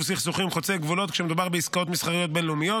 סכסוכים חוצי גבולות כשמדובר בעסקאות מסחריות בין-לאומיות.